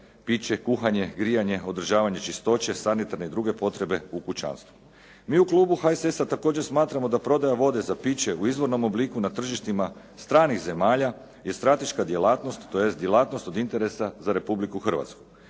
piće, kuhanje, grijanje, održavanje čistoće, sanitarne i druge potrebe u kućanstvu. Mi u klubu HSS-a također smatramo da prodaja vode za piće u izvornom obliku na tržištima stranih zemalja je strateška djelatnost, tj. djelatnost od interesa za Republiku Hrvatsku.